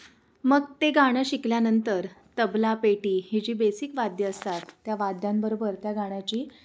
मग ते गाणं शिकल्यानंतर तबला पेटी ही जी बेसिक वाद्य असतात त्या वाद्यांबरोबर त्या गाण्याची